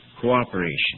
Cooperation